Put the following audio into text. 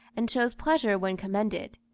and shows pleasure when commended.